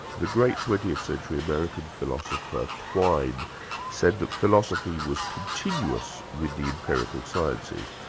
the great twentieth century american philosopher quine said that philosophy was continuous with the empirical sciences.